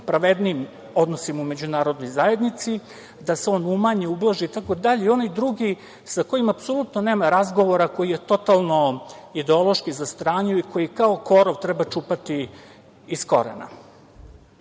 pravednijim odnosima u međunarodnoj zajednici, da se on umanji, ublaži, itd., i onaj drugi sa kojim apsolutno nema razgovora, koji je totalno ideološki zastranio i koji kao korov treba čupati iz korena. To